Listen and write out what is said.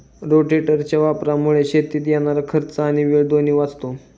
रोटेटरच्या वापरामुळे शेतीत येणारा खर्च आणि वेळ दोन्ही वाचतो